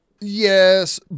yes